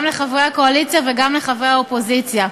גם לחברי הקואליציה וגם לחברי האופוזיציה: